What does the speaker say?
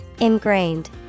Ingrained